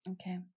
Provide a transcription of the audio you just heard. Okay